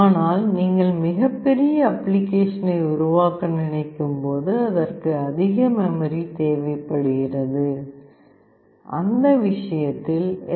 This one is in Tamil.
ஆனால் நீங்கள் மிகப் பெரிய அப்ளிகேஷனை உருவாக்க நினைக்கும் போது அதற்கு அதிக மெமரி தேவைப்படுகிறது அந்த விஷயத்தில் எஸ்